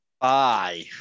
Bye